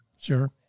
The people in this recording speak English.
Sure